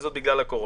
וזה בגלל הקורונה.